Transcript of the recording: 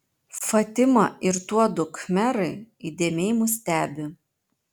fatima ir tuodu khmerai įdėmiai mus stebi